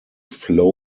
flow